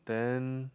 then